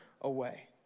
away